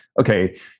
okay